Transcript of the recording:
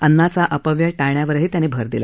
अन्नाचा अपव्यय टाळण्यावरही त्यांनी भर दिला